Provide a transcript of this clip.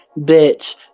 bitch